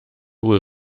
wohl